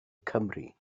cymru